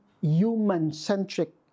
human-centric